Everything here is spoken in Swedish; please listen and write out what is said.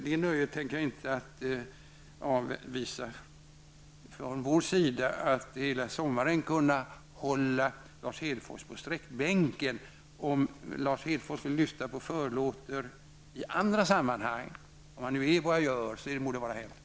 Det nöjet vill jag inte ta ifrån oss, att hela sommaren kunna hålla Lars Hedfors på sträckbänken. Om Lars Hedfors lättar på förlåter i andra sammanhang -- om han nu är voyeur -- så må det vara hänt.